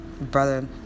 brother